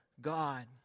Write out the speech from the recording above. God